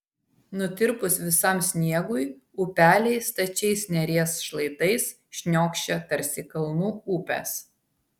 nutirpus visam sniegui upeliai stačiais neries šlaitais šniokščia tarsi kalnų upės